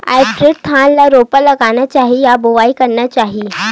Hybrid धान ल रोपा लगाना चाही या बोआई करना चाही?